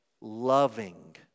loving